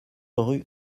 rue